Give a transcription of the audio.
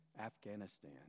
Afghanistan